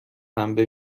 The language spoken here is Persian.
پنبه